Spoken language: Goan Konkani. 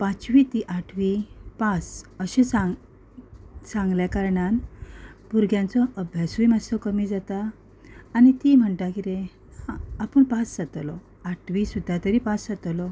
पांचवी ते आठवी पास अशें सांगल्या कारणान भुरग्यांचो अभ्यासूय मातसो कमी जाता आनी म्हणटा किदें आसा आपूण पास जातलो आठवी सुद्दां तरी पास जातलो